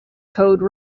code